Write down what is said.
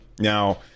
Now